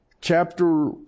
Chapter